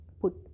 put